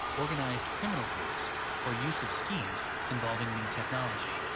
organized criminal groups or use of schemes involving new technology.